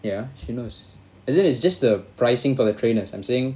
ya she knows as in it's just the pricing for the trainers I'm saying